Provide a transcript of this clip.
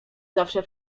zawsze